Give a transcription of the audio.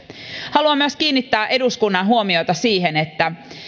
haluan myös kiinnittää eduskunnan huomiota siihen että